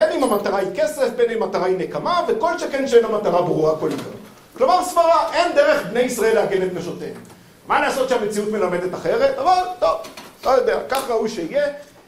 בין אם המטרה היא כסף, בין אם המטרה היא נקמה, וכל שכן שאין המטרה ברורה כל עיקרה כלומר סברה, אין דרך בני ישראל לעגן את נשותיהם מה לעשות שהמציאות מלמדת אחרת? אבל טוב, לא יודע, כך ראוי שיהיה